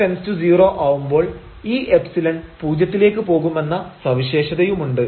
Δx→0 ആവുമ്പോൾ ഈ ϵ പൂജ്യത്തിലേക്ക് പോകുമെന്ന സവിശേഷതയുമുണ്ട്